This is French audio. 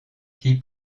qui